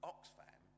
Oxfam